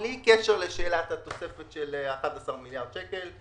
בלי קשר לשאלת התוספת של 11 מיליארד שקל,